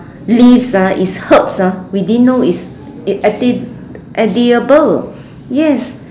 leaves ah is herbs ah we didn't know is if edi~ edible yes